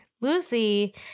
Lucy